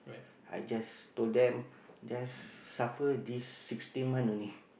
I just told them just suffer this sixteen month only